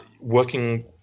Working